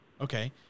Okay